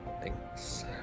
Thanks